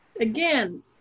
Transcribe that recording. again